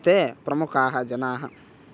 ते प्रमुखाः जनाः